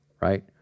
right